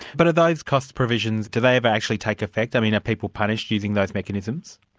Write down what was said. but are those cost provisions, do they ever actually take effect? i mean are people punished using those mechanisms?